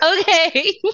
Okay